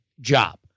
job